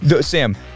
Sam